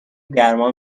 گرما